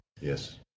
Yes